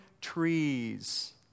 trees